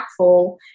impactful